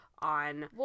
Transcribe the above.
on